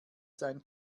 sein